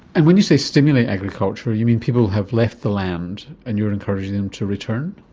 and when you say stimulate agriculture, you mean people have left the land and you are encouraging them to return?